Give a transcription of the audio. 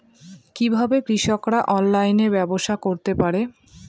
কিভাবে কৃষকরা অনলাইনে ব্যবসা করতে পারে?